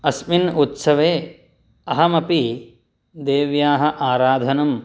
अस्मिन् उत्सवे अहमपि देव्याः आराधनं